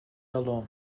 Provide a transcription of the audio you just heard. alone